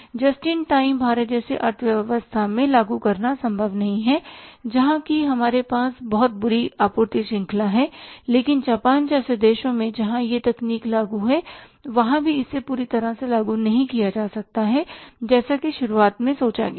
just in time Bharat जैसी अर्थव्यवस्था में लागू करना संभव नहीं है जहां कि हमारे पास बहुत बुरी आपूर्ति श्रृंखला है लेकिन जापान जैसे देशों में जहां यह तकनीक लागू है वहां भी इसे पूरी तरह से लागू नहीं किया जा सकता जैसा की शुरुआत में सोचा गया था